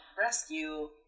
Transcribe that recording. rescue